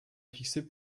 fixé